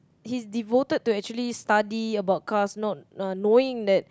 he's devoted to actually study about cars not uh knowing that